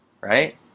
right